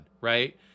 right